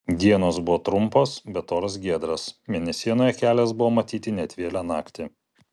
dienos buvo trumpos bet oras giedras mėnesienoje kelias buvo matyti net vėlią naktį